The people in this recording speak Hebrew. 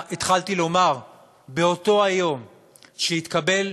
התחלתי לומר שבאותו היום שהתקבלה,